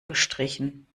gestrichen